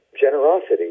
generosity